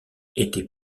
étaient